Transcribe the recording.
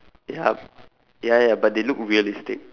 ya ya ya but they look realistic